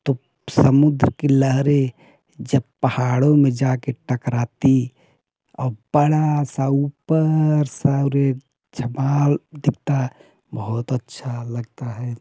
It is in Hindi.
तो समुद्र की लहरें जब पहाड़ों में जाके टकराती और बड़ा सा ऊपर सा और एक जबाल दिखता बहुत अच्छा लगता है